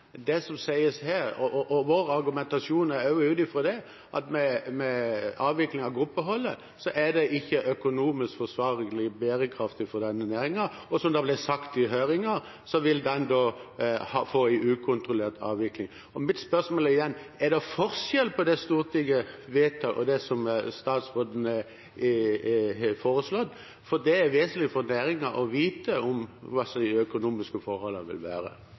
og ut fra det er vår argumentasjon at denne avviklingen av gruppeholdet ikke er økonomisk forsvarlig og bærekraftig for næringen, og – som det ble sagt i høringen – at næringen da vil få en ukontrollert avvikling. Mitt spørsmål er, igjen: Er det forskjell på det Stortinget vedtar, og det statsråden har foreslått? For det er vesentlig for næringen å vite hva de økonomiske forholdene vil være.